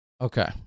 Okay